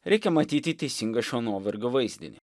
reikia matyti teisingą šio nuovargio vaizdinį